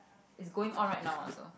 it's going all right now also